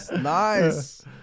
nice